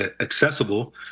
accessible